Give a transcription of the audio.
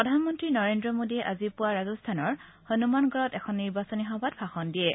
প্ৰধানমন্তী নৰেন্দ্ৰ মোডী আজি পুৱা ৰাজস্থানৰ হনুমানগড়ত এখন নিৰ্বাচনী সভাত ভাষণ দিয়ে